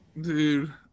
Dude